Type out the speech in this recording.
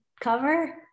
cover